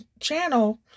channel